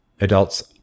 adults